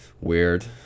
weird